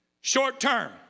short-term